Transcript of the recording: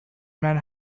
men